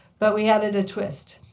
but we added a twist.